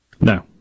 No